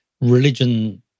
religion